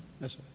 Yes